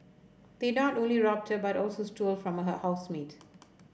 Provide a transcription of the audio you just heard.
they not only robbed her but also stole from her housemate